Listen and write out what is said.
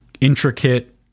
intricate